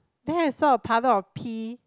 then I saw a puddle of pee